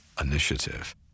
initiative